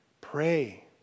Pray